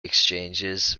exchanges